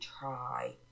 try